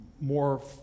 more